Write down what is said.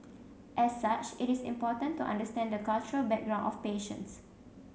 as such it is important to understand the cultural background of patients